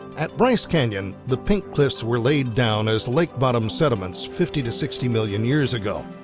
at bryce canyon, the pink cliffs were laid down as lake bottom sediments fifty to sixty million years ago.